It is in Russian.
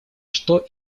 что